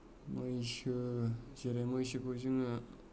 मैसो जेरै मैसोखौ जोङो